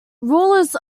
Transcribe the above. rulers